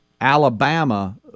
Alabama